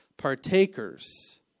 Partakers